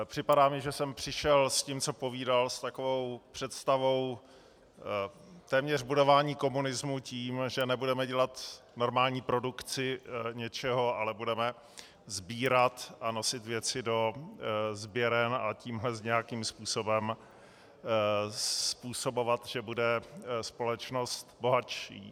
Připadá mi, že sem přišel s tím, co povídal, s takovou představou téměř budování komunismu tím, že nebudeme dělat normální produkci něčeho, ale budeme sbírat a nosit věci do sběren a tímhle nějakým způsobem způsobovat, že bude společnost bohatší.